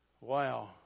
Wow